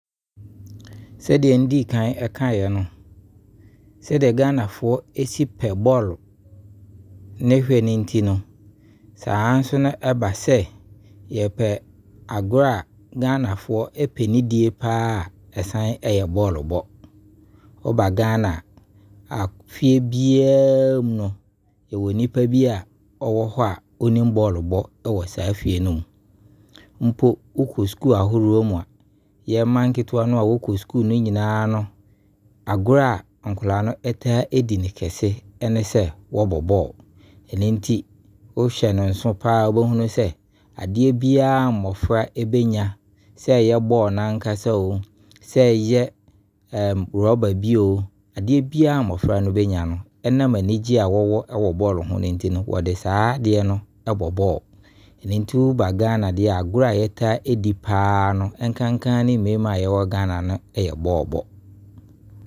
Sɛdeɛ medi kan kaeɛ no, sɛdeɛ Ghanafoɔ si pɛ bɔɔlɔ hwɛ no nti no saa nso na ɛba sɛ yɛpɛ agorɔ a Ghanafoɔ pɛ ne die paa ara ɛsane nso yɛ bɔɔlɔ bɔ. Wo ba Ghana a, fie biara mu no, yɛ nipa bi a ɔwɔ hɔ a ɔnim bɔɔlɔ bɔ. Wokɔ sukuu ahoroɔ mu a, yɛmma nketewa no wɔkɔ no nyinaa no agorɔ nkwadaa no wɔtaa di no kese yɛ bɔɔlɔ bɔ. Ɛno nti wohyɛ no nso paa a, wobɛhunu sɛ adeɛ biara mmɔfra no bɛnya no, sɛ ɛyɛ bɔɔlɔ no ankasa o, sɛ ɛyɛ 'rubber' bio, adeɛ biara mmɔfra no bɛnya no ɛnam anigye wɔwɔ wɔ bɔɔlɔ ho no nti no wɔde saa deɛ no bɔ bɔɔlɔ. Nti wo ba Ghana deɛ a, agorɔ yɛtaa di paa no nkenkaa ne mmɛmma yɛwɔ Ghana ha no yɛ bɔɔlɔ bɔ.